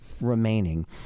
remaining